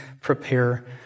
prepare